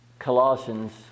Colossians